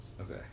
Okay